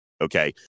okay